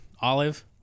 olive